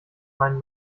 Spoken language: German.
meinen